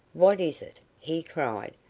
what is it? he cried,